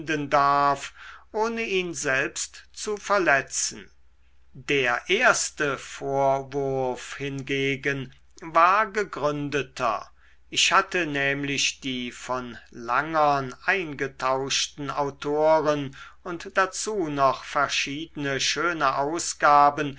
darf ohne ihn selbst zu verletzen der erste vorwurf hingegen war gegründeter ich hatte nämlich die von langern eingetauschten autoren und dazu noch verschiedene schöne ausgaben